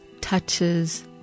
touches